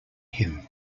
him